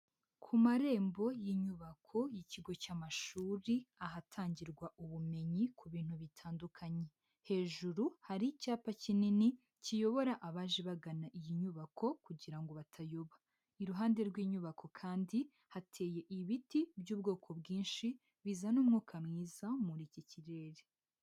Ku marembo y'inyubako y'ikigo cy'amashuri ahatangirwa ubumenyi ku bintu bitandukanye, hejuru hari icyapa kinini kiyobora abaje bagana iyi nyubako kugira ngo batayoba. Iruhande rw'inyubako kandi hateye ibiti by'ubwoko bwinshi bizana umwuka mwiza muri iki kirere.